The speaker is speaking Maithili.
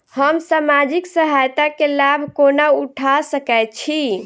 हम सामाजिक सहायता केँ लाभ कोना उठा सकै छी?